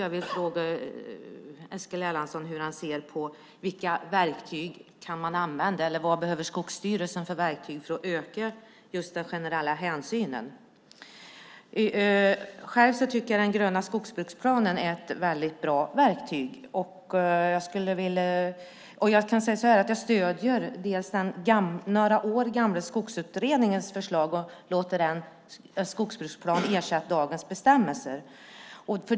Jag vill fråga Eskil Erlandsson: Vad behöver Skogsstyrelsen för verktyg för att öka den generella hänsynen? Själv tycker jag att den gröna skogsbruksplanen är ett väldigt bra verktyg. Jag stöder den några år gamla Skogsutredningens förslag om att låta skogsbruksplanen ersätta dagens bestämmelser.